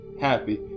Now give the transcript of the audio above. happy